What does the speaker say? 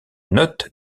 note